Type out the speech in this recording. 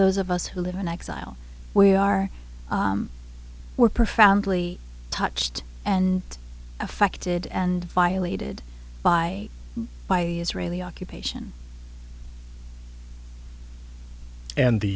those of us who live in exile we are were profoundly touched and affected and violated by by israeli occupation and the